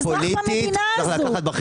הוא אזרח במדינה הזאת.